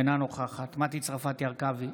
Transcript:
אינה נוכחת מטי צרפתי הרכבי,